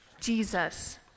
jesus